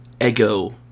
Ego